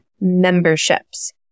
memberships